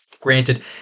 Granted